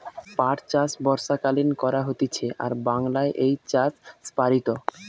পাট চাষ বর্ষাকালীন করা হতিছে আর বাংলায় এই চাষ প্সারিত